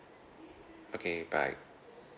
okay bye